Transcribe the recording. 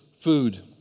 food